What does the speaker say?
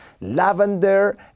lavender